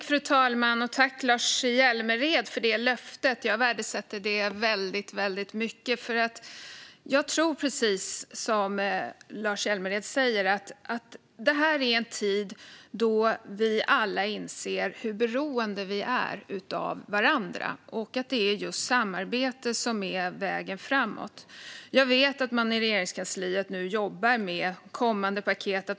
Fru talman! Tack, Lars Hjälmered, för det löftet! Jag värdesätter det väldigt mycket. Jag tror att det är precis som Lars Hjälmered säger. Det här är en tid då vi alla inser hur beroende vi är av varandra. Det är just samarbete som är vägen framåt. Jag vet att man i Regeringskansliet nu jobbar med kommande paket.